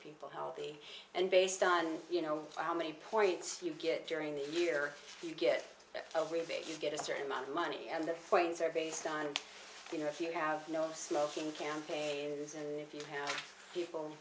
people how he and based on you know how many points you get during the year you get a rebate you get a certain amount of money and the points are based on you know if you have no smoking campaign is if you people